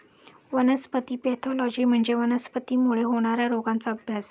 वनस्पती पॅथॉलॉजी म्हणजे वनस्पतींमुळे होणार्या रोगांचा अभ्यास